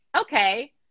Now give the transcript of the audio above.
okay